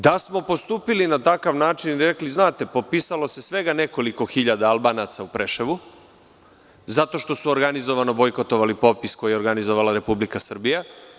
Da smo postupili na takav način vi bi rekli, znate popisalo svega nekoliko hiljada Albanaca u Preševu, zato što su organizovano bojkotovali popis koji je organizovala Republika Srbija.